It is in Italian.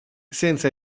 senza